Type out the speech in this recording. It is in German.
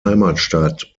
heimatstadt